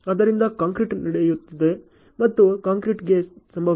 ಆದ್ದರಿಂದ ಕಾಂಕ್ರೀಟ್ ನಡೆಯುತ್ತದೆ ಮತ್ತು ಕಾಂಕ್ರೀಟಿಂಗ್ ಸಂಭವಿಸಿಲ್ಲ